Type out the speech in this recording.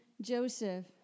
Joseph